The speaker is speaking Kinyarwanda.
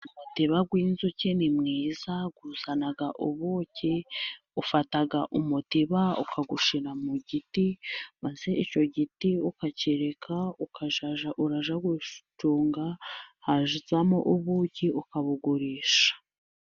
umutiba w'inzuki ni mwiza uzana ubuki. Ufata umutiba ukawushyira mu giti maze icyo giti ukakireka ukazajya urajya gucunga hazamo ubuki ukabugurisha.